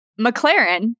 McLaren